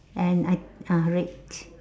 and I ah red